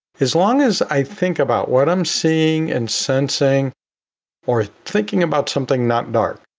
as long as i think about what i'm seeing and sensing or thinking about something not dark.